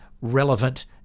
relevant